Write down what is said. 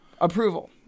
approval